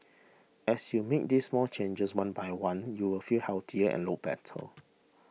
as you make these small changes one by one you will feel healthier and look better